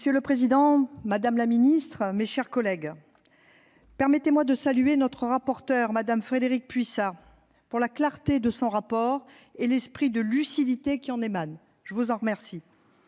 Monsieur le président, madame la ministre, mes chers collègues, permettez-moi de saluer notre rapporteur, Mme Frédérique Puissat, pour la clarté de son rapport et l'esprit de lucidité qui en émane. Madame la ministre,